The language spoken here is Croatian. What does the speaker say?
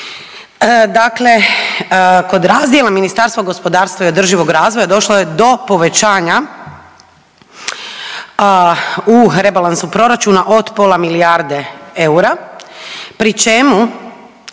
Dakle, kod razdjela Ministarstva gospodarstva i održivog razvoja došlo je do povećanja u rebalansu proračuna od pola milijarde eura, pri čemu